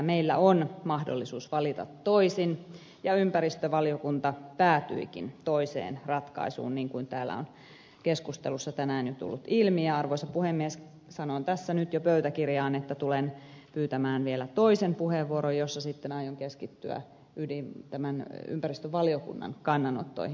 meillä on mahdollisuus valita toisin ja ympäristövaliokunta päätyikin toiseen ratkaisuun niin kuin täällä on keskustelussa tänään jo tullut ilmi ja arvoisa puhemies sanon tässä nyt jo pöytäkirjaan että tulen pyytämään vielä toisen puheenvuoron jossa sitten aion keskittyä tämän ympäristövaliokunnan kannanottoihin